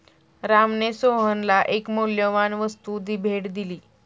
रामने सोहनला एक मौल्यवान वस्तू भेट दिली